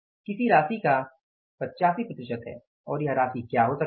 किसी राशि का 85 प्रतिशत है और वह राशि क्या हो सकती है